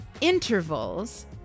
intervals